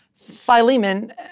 Philemon